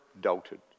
doubted